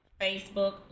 facebook